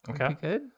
Okay